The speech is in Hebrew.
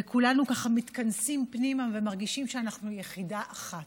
וכולנו מתכנסים פנימה ומרגישים שאנחנו יחידה אחת?